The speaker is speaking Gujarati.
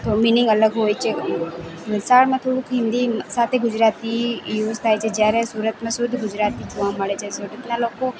મિનીંગ અલગ હોય છે વલસાડમાં થોડું હિન્દી સાથે ગુજરાતી યુઝ થાય છે જ્યારે સુરતમાં શુદ્ધ ગુજરાતી જોવા મળે છે સુરતના લોકો